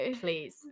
Please